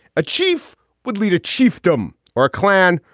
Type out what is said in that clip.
a chief would lead a chiefdom or a clan.